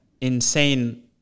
insane